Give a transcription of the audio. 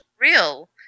real